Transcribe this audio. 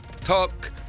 Talk